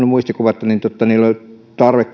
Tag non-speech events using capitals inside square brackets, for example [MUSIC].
[UNINTELLIGIBLE] muistikuva että heillä oli tarve [UNINTELLIGIBLE]